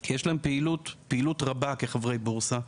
כי יש להם פעילות רבה כחברי בורסה,